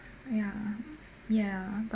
ya ya